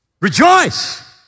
Rejoice